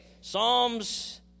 Psalms